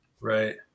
Right